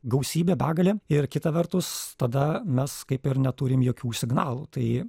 gausybė begalė ir kita vertus tada mes kaip ir neturim jokių signalų tai